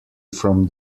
from